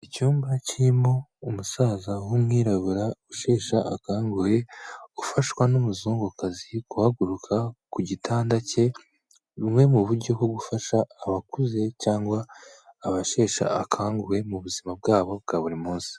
Icyumba kirimo umusaza w'umwirabura usheshe akanguhe, ufashwa n'umuzungukazi guhaguruka ku gitanda cye, bumwe mu buryo bwo gufasha abakuze cyangwa abasheshe akanguhe mu buzima bwabo bwa buri munsi.